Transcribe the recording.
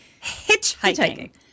hitchhiking